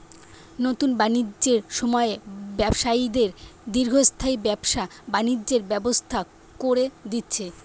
নুতন বাণিজ্যের সময়ে ব্যবসায়ীদের দীর্ঘস্থায়ী ব্যবসা বাণিজ্যের ব্যবস্থা কোরে দিচ্ছে